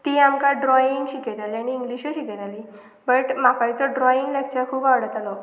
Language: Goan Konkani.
ती आमकां ड्रॉईंग शिकयताली आणी इंग्लीशूय शिकयताली बट म्हाकायचो ड्रॉइंग लेक्चर खूब आवडटालो